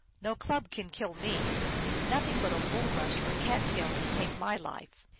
no club can kill me nothing but a bulrush or cat-tail can take my life.